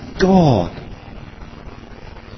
God